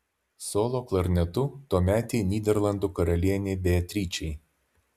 solo klarnetu tuometei nyderlandų karalienei beatričei